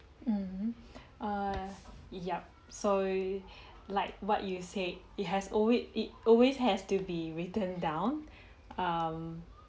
(mmhmm err yup so like what you said it has always it always has to be written down um